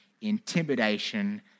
intimidation